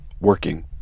working